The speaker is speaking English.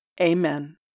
Amen